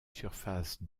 surface